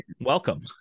welcome